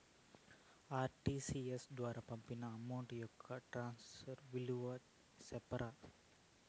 RTGS ద్వారా పంపిన amount యొక్క ట్రాన్స్ఫర్ వివరాలు సెప్తారా